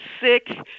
sick